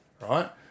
right